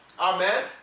Amen